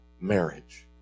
marriage